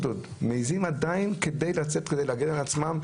ועוד הם מעזים עדיין כדי להגן על עצמם,